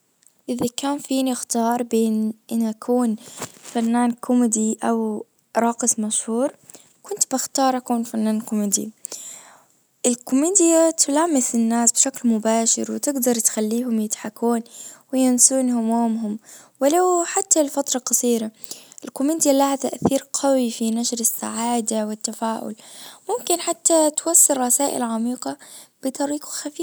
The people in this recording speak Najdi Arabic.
اذا كان في نختار بين ان يكون فنان كوميدي او راقص مشهور كنت بختار اكون فنان كوميدي الكوميديا تلامس الناس بشكل مباشر وتجدر تخليهم يضحكون وينسون همومهم ولو حتى لفترة قصيرة الكوميديا لها تأثير قوي في نشر السعادة والتفاؤل ممكن حتى توصل رسائل عميقة بطريقة خفيفة.